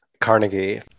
Carnegie